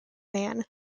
man